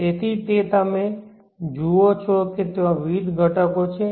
તેથી તે જેમ તમે જુઓ છો કે ત્યાં વિવિધ ઘટકો છે